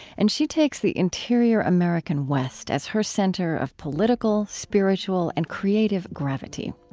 and she takes the interior american west as her center of political, spiritual, and creative gravity.